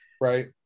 Right